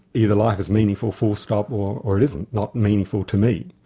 either life is meaningful full stop, or or it isn't, not meaningful to me.